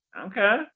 Okay